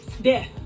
death